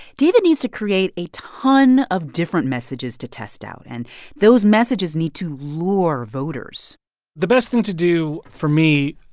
david needs to create a ton of different messages to test out, and those messages need to lure voters the best thing to do, for me,